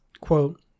quote